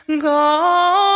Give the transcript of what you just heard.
God